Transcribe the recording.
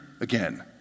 again